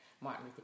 Martin